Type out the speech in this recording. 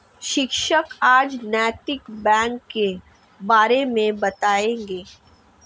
शिक्षक आज नैतिक बैंक के बारे मे बताएँगे